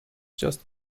just